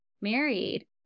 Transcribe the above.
married